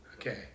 Okay